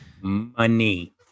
Money